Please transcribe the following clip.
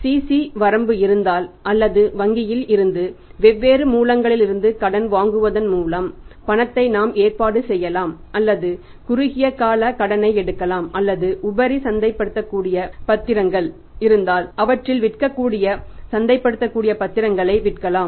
CC வரம்பு இருந்தால் அல்லது வங்கியில் இருந்து வெவ்வேறு மூலங்களிலிருந்து கடன் வாங்குவதன் மூலம் பணத்தை நாம் ஏற்பாடு செய்யலாம் அல்லது குறுகிய கால கடனை எடுக்கலாம் அல்லது உபரி சந்தைப்படுத்தக்கூடிய பத்திரங்கள் இருந்தால் அவற்றில் விற்கக்கூடிய சந்தைப்படுத்தக்கூடிய பத்திரங்களை விற்கலாம்